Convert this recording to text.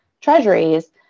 treasuries